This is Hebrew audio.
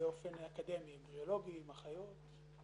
באופן אקדמי, אם ביולוגיים, אחיות.